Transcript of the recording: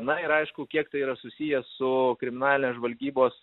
na ir aišku kiek tai yra susiję su kriminalinės žvalgybos